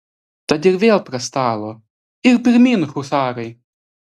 tad ir vėl prie stalo ir pirmyn husarai